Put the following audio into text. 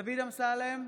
דוד אמסלם,